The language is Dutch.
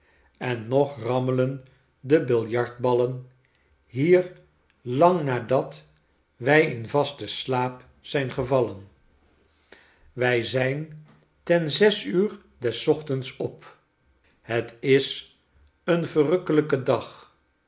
en nog rammelen de biljartballen hier lang nadat wij in vasten slaap zijn gevallen wij zijn ten zes uur des ochtends op het is een verrukkelijke dag